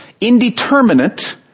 indeterminate